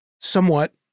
somewhat